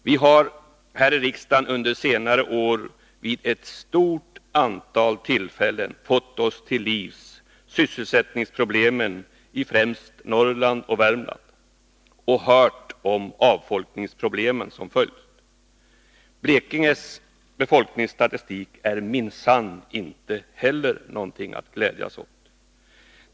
Vi har här i riksdagen under senare år vid ett stort antal tillfällen fått oss till livs sysselsättningsproblemen i främst Norrland och Värmland och hört om de avfolkningsproblem som följt. Blekinges befolkningsstatistik är minsann inte heller något att glädjas åt.